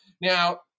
Now